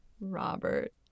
Robert